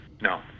no